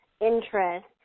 interest